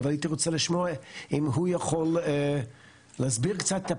פשוט להשתמש במוקד של